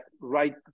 right